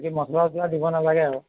বাকী মচলা চছলা দিব নালাগে আৰু